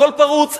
הכול פרוץ,